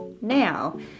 now